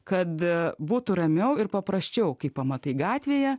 kad būtų ramiau ir paprasčiau kai pamatai gatvėje